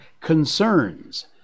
concerns